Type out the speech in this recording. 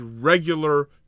regular